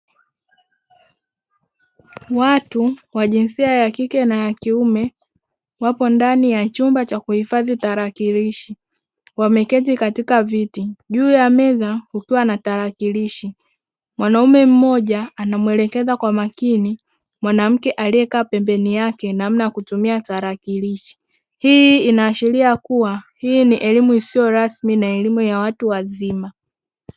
Watu, wa jinsia ya kike na ya kiume, wapo ndani ya chumba cha kuhifadhi tarakilishi. Wameketi katika viti. Juu ya meza, kuko na tarakilishi. Mwanaume mmoja anamuelekeza kwa makini mwanamke aliyekaa pembeni yake namna ya kutumia tarakilishi. Hii inaashiria kuwa hii ni elimu isiyo rasmi na elimu ya watu wazima.